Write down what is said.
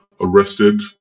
arrested